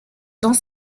dans